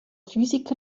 physiker